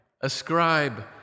ascribe